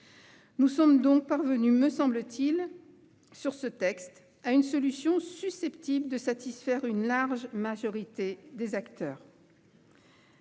Nous sommes donc parvenus sur ce texte, me semble-t-il, à une solution susceptible de satisfaire une large majorité des acteurs.